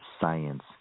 science